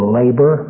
labor